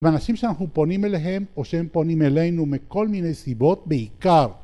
ואנשים שאנחנו פונים אליהם או שהם פונים אלינו מכל מיני סיבות בעיקר